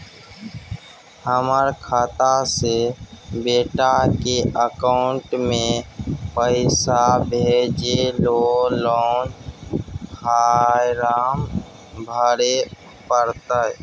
हमर खाता से बेटा के अकाउंट में पैसा भेजै ल कोन फारम भरै परतै?